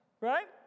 Right